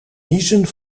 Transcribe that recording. niezen